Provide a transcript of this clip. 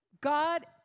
God